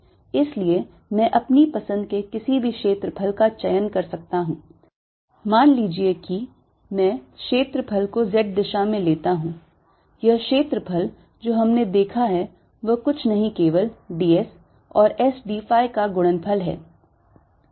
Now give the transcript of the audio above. इसलिए मैं अपनी पसंद के किसी भी क्षेत्रफल का चयन कर सकता हूं मान लीजिए कि मैं क्षेत्रफल को Z दिशा में लेता हूं यह क्षेत्रफल जो हमने देखा है वह कुछ नहीं केवल d s और S d phi का गुणनफल है